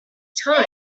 time